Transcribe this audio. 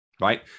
right